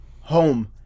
home